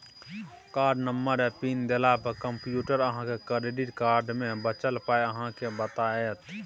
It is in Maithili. कार्डनंबर आ पिन देला पर कंप्यूटर अहाँक क्रेडिट कार्ड मे बचल पाइ अहाँ केँ बताएत